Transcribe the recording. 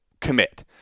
commit